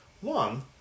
One